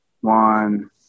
One